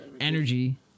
energy